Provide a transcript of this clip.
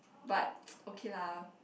but okay lah